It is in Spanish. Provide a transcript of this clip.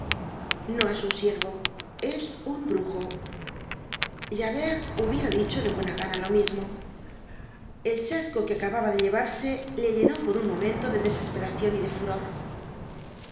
no es un ciervo es un brujo javert hubiera dicho de buena gana lo mismo el chasco que acababa de llevarse le llenó por un momento de desesperacion y de furor asi